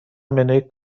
منوی